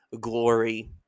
Glory